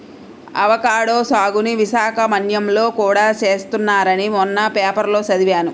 avocado సాగుని విశాఖ మన్యంలో కూడా చేస్తున్నారని మొన్న పేపర్లో చదివాను